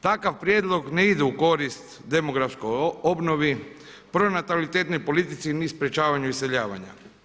Takav prijedlog ne ide u korist demografskoj obnovi, pronatalitetnoj politici ni sprečavanju iseljavanja.